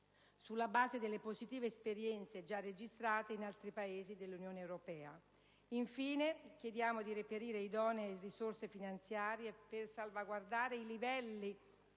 sulla base delle positive esperienze già registrate in altri paesi dell'Unione europea. Infine, chiediamo di reperire idonee risorse finanziarie per salvaguardare i livelli